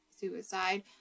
suicide